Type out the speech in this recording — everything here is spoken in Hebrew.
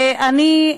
שאני,